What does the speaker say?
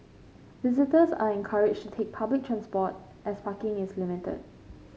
visitors are encouraged to take public transport as parking is limited